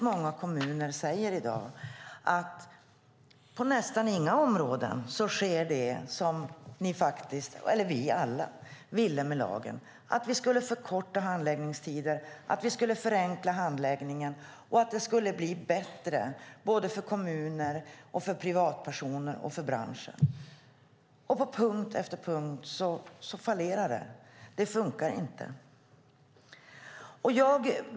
Många kommuner säger att på nästan inga områden sker det som vi alla ville med lagen, nämligen att förenkla handläggningen, förkorta handläggningstider och förbättra för privatpersoner, kommuner och bransch. På punkt efter punkt fallerar det; det funkar inte.